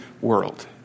world